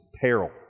peril